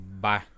Bye